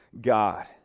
God